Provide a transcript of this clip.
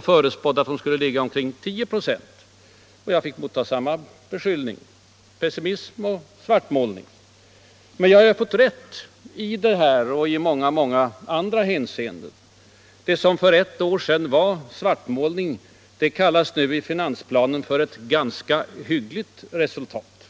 Jag förutspådde att de skulle uppgå till ca 10 96, och jag fick motta samma beskyllning — pessimism och svartmålning. Jag har emellertid fått rätt i detta och i många andra hänseenden. Det som för ett år sedan var svartmålning, kallas nu i finansplanen för ett ”ganska hyggligt resultat.”